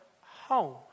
home